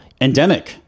Endemic